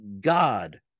God